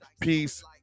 peace